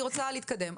אני רוצה להתקדם.